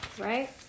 Right